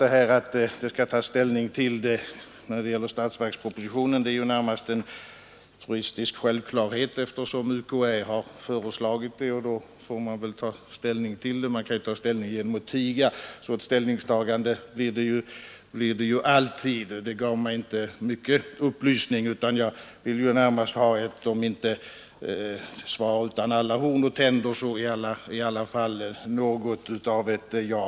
Beskedet att ställning skall tas i statsverkspropositionen är närmast en truism eftersom UKÄ har föreslagit en utredning, och då måste man ju ta ställning till frågan. Man kan ju ta ställning även genom att tiga, men ett ställningstagande blir det alltid. Svaret gav mig alltså inte mycket upplysning. Jag ville närmast ha ett svar som om det inte var utan alla horn och tänder ändå innehöll ett ja eller ett nej.